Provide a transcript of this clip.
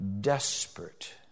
desperate